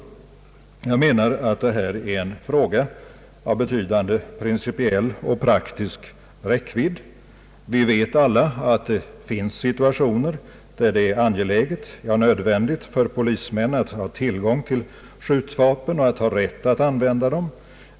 Jag anser att detta är en fråga av betydande principiell och praktisk räckvidd. Vi vet alla att det finns situationer, där det är angeläget och rent av nödvändigt för polismän att ha tillgång till skjutvapen och rätt att använda dem.